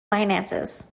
finances